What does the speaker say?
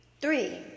Three